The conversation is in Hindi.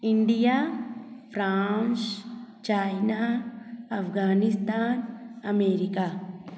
India France China Afghanistan America